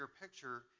picture